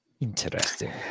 Interesting